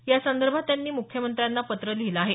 यासंदर्भात त्यांनी मुख्यमंत्र्यांना पत्र लिहिलं आहे